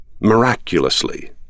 Miraculously